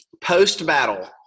post-battle